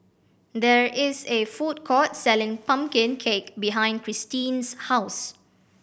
there is a food court selling pumpkin cake behind Christeen's house